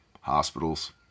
Hospitals